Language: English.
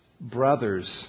brothers